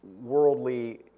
worldly